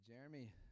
Jeremy